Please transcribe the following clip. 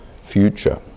future